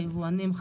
היבואנים,